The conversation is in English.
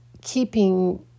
keeping